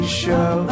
show